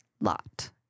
lot